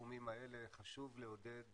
בתחומים האלה חשוב לעודד